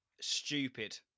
Stupid